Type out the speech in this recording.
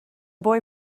boy